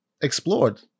explored